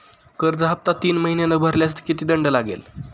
कर्ज हफ्ता तीन महिने न भरल्यास किती दंड लागेल?